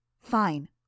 Fine